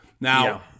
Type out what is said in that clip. Now